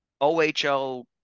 OHL